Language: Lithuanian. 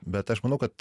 bet aš manau kad